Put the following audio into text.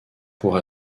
pour